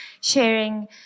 sharing